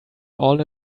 all